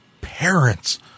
parents